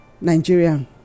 Nigerian